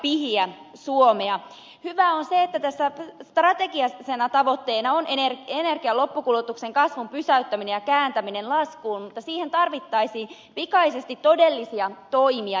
hyvää on se että tässä strategisena tavoitteena on energian loppukulutuksen kasvun pysäyttäminen ja kääntäminen laskuun mutta siihen tarvittaisiin pikaisesti todellisia toimia